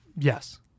Yes